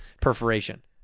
perforation